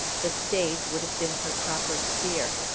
the stage would have been her proper sphere.